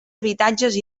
habitatges